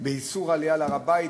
שיש איסור עלייה להר-הבית,